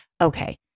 okay